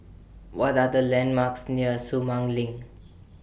What Are The landmarks near Sumang LINK